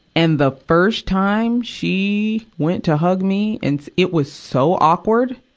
and the first time she went to hug me, and it was so awkward.